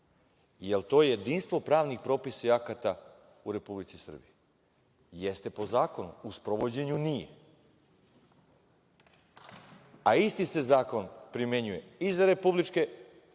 Jel, to jedinstvo pravnih propisa i pravnih akata u Republici Srbiji. Jeste po zakonu u sprovođenju nije, a isti se zakon primenjuje i za republičke